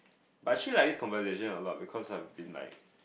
but I actually like this conversation a lot because I've been like